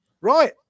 Right